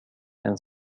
and